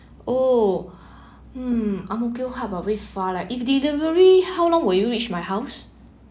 oh mm Ang Mo Kio hub always far leh if delivery how long will you reach my house